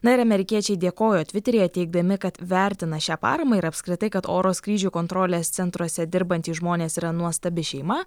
na ir amerikiečiai dėkojo tviteryje teigdami kad vertina šią paramą ir apskritai kad oro skrydžių kontrolės centruose dirbantys žmonės yra nuostabi šeima